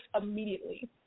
immediately